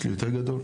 יש לי יותר גדולה,